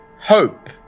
Hope